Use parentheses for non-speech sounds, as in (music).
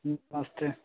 (unintelligible)